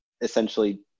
essentially